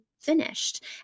finished